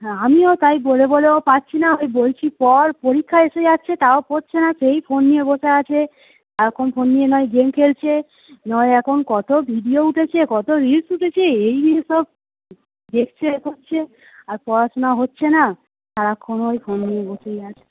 হ্যাঁ আমিও তাই বলে বলেও পারছি না ওই বলছি পড় পরীক্ষা এসে যাচ্ছে তাও পড়ছে না সেই ফোন নিয়ে বসে আছে সারাক্ষণ ফোন নিয়ে নয় গেম খেলছে নয় এখন কত ভিডিও উঠেছে কত রিলস উঠেছে এই নিয়ে সব দেখছে এ করছে আর পড়াশুনা হচ্ছে না সারাক্ষণ ওই ফোন নিয়ে বসেই আছে